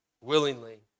willingly